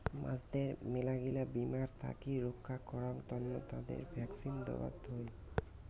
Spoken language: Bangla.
মাছদের মেলাগিলা বীমার থাকি রক্ষা করাং তন্ন তাদের ভ্যাকসিন দেওয়ত হই